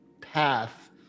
path